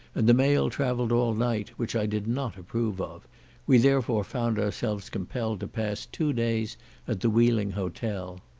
and the mail travelled all night, which i did not approve of we therefore found ourselves compelled to pass two days at the wheeling hotel.